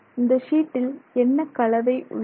இந்த ஷீட்டில் என்ன கலவை உள்ளது